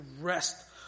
rest